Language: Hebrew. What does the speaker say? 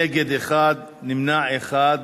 נגד 1, נמנע אחד.